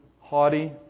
haughty